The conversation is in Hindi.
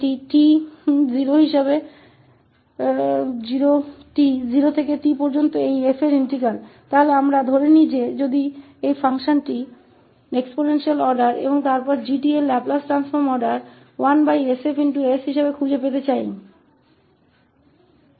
मान लीजिए कि यह 𝑔𝑡 0 से t तक इस 𝑓 का अभिन्न अंग है तो हम मानते हैं कि यह फ़ंक्शन घातीय क्रम का है और फिर 𝑔𝑡 का लाप्लास रूपांतरण हम 1s 𝐹𝑠 के रूप में खोजना चाहते हैं